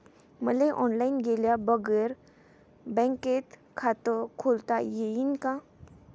मले ऑनलाईन गेल्या बगर बँकेत खात खोलता येईन का?